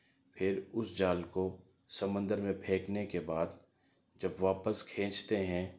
پھر اس جال کو سمندر میں پھینکنے کے بعد جب واپس کھینچتے ہیں